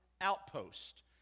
outpost